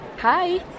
Hi